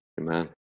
Amen